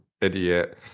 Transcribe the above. idiot